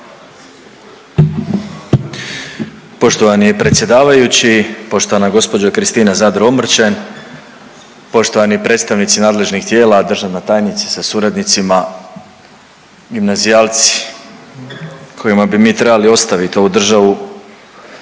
Poštovani predsjedavajući, poštovana gđo. Kristina Zadro Omrčen, poštovani predstavnici nadležnih tijela, državna tajnice sa suradnicima, gimnazijalci kojima bi mi trebali ostaviti ovu državu,